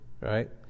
right